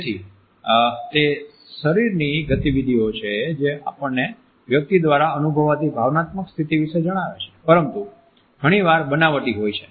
તેથી તે શરીરની ગતિવિધિઓ છે જે આપણને વ્યક્તિ દ્વારા અનુભવાતી ભાવનાત્મક સ્થિતિ વિશે જણાવે છે પરંતુ ઘણીવાર બનાવટી હોય છે